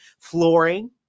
flooring